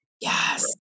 Yes